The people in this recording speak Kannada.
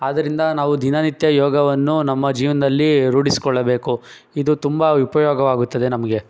ಆದ್ದರಿಂದ ನಾವು ದಿನನಿತ್ಯ ಯೋಗವನ್ನು ನಮ್ಮ ಜೀವನದಲ್ಲಿ ರೂಢಿಸಿಕೊಳ್ಳಬೇಕು ಇದು ತುಂಬ ಉಪಯೋಗವಾಗುತ್ತದೆ ನಮಗೆ